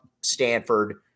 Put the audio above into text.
Stanford